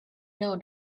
know